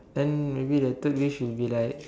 and maybe the third wish will be like